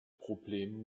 problem